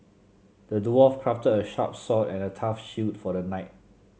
the dwarf crafted a sharp sword and a tough shield for the knight